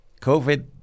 COVID